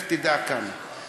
לך תדע כמה.